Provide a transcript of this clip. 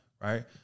Right